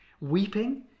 Weeping